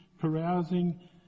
carousing